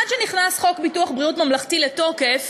עד שנכנס חוק ביטוח בריאות ממלכתי לתוקף,